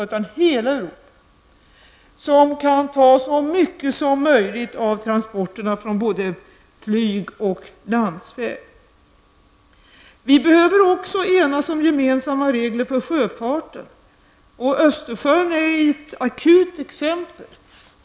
Detta järnvägsnät skall ta över så mycket som möjligt av transporterna från flyg och landsväg. Vi behöver också enas om gemensamma regler för sjöfarten. Östersjön är ett akut exempel.